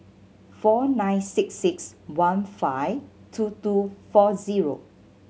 four nine six six one five two two four zero